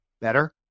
better